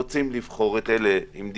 אנחנו כן רוצים לבחור בדיקות שיש להן דיוק